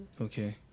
Okay